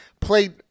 played